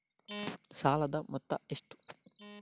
ಸಾಲದ ಮೊತ್ತ ಎಷ್ಟು?